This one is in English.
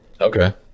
Okay